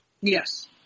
Yes